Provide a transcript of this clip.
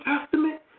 Testament